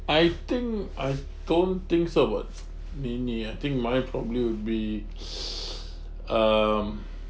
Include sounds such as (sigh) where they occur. I think I don't think so but mainly I think my probably would be (noise) um